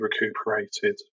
recuperated